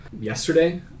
yesterday